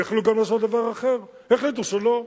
יכלו גם לעשות דבר אחר, החליטו שלא.